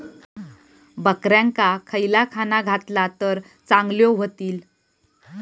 बकऱ्यांका खयला खाणा घातला तर चांगल्यो व्हतील?